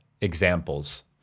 examples